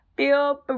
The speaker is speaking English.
Feel